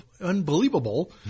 unbelievable